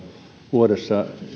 vuodessa